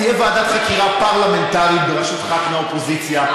זאת תהיה ועדת חקירה פרלמנטרית בראשות חבר כנסת מהאופוזיציה,